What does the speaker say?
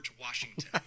washington